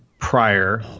prior